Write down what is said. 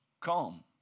calm